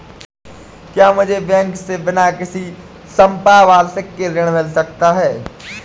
क्या मुझे बैंक से बिना किसी संपार्श्विक के ऋण मिल सकता है?